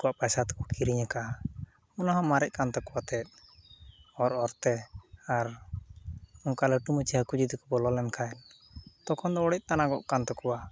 ᱟᱠᱚᱣᱟᱜ ᱯᱟᱭᱥᱟ ᱛᱮᱠᱚ ᱠᱤᱨᱤᱧ ᱟᱠᱟᱫᱟ ᱚᱱᱟᱦᱚᱸ ᱢᱟᱨᱮᱜ ᱠᱟᱱ ᱛᱟᱠᱚᱣᱟ ᱮᱱᱛᱮᱫ ᱚᱨ ᱚᱨᱛᱮ ᱟᱨ ᱚᱱᱠᱟ ᱞᱟᱹᱴᱩ ᱢᱟᱪᱷᱟ ᱦᱟᱹᱠᱩ ᱡᱚᱫᱤᱠᱚ ᱵᱚᱞᱚᱞᱮᱱ ᱠᱷᱟᱡ ᱛᱚᱠᱷᱚᱱᱫᱚ ᱚᱲᱮᱡ ᱛᱟᱱᱟᱜᱚᱜ ᱠᱟᱱᱛᱟᱠᱚᱣᱟ